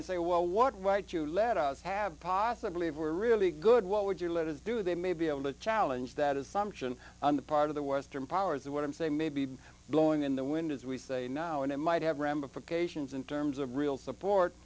and say well what right you let us have possibly ever really good what would you let us do they may be able to challenge that assumption on the part of the western powers that what i'm saying may be blowing in the wind as we say now and it might have ramifications in terms of real support